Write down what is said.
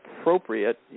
appropriate